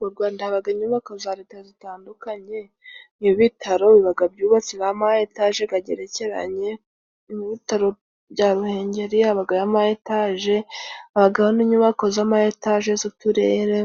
Mu Rwanda haba inyubako za Leta zitandukanye, nk'ibitaro biba byubatse ari amayetaje agerekeranye. Nk'ibitaro bya Ruhengeri habayo amayetaje, habaho n'inyubako za etaje z'uturere.